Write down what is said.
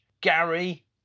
Gary